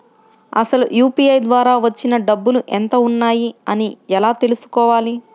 అసలు యూ.పీ.ఐ ద్వార వచ్చిన డబ్బులు ఎంత వున్నాయి అని ఎలా తెలుసుకోవాలి?